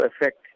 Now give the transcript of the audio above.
affect